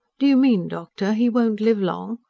do you mean, doctor, he won't live long?